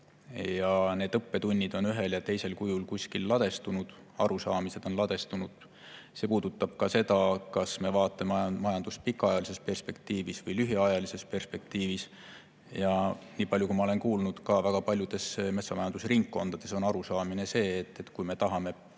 Need õppetunnid on ühel ja teisel kujul kuskil ladestunud, arusaamised on ladestunud. See puudutab ka seda, kas me vaatame majandust pikaajalises või lühiajalises perspektiivis. Niipalju, kui ma olen kuulnud, on ka väga paljudes metsamajandusringkondades arusaam, et kui me tahame